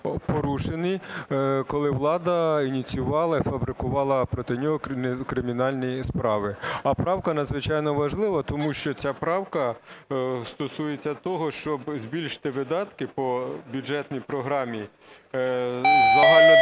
порушені, коли влада ініціювала і фабрикувала проти нього кримінальні справи. А правка надзвичайно важлива, тому що ця правка стосується того, щоб збільшити видатки по бюджетній програмі "Загальнодержавні